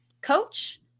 coach